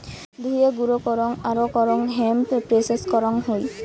ধুয়ে, গুঁড়ো করং আরো করং হেম্প প্রেসেস করং হই